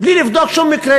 בלי לבדוק שום מקרה